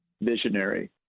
visionary